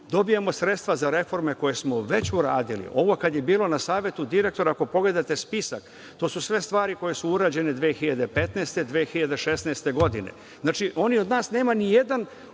Dobijamo sredstva za reforme koje smo već uradili. Ovo kada je bilo na Savetu direktora, ako pogledate spisak, to su sve stvari koje su urađene 2015, 2016. godine. Znači, oni od nas nemaju ni jedan